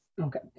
Okay